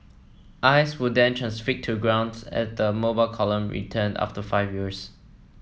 eyes were then transfixed to grounds as the Mobile Column returned after five years